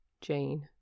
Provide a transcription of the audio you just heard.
Jane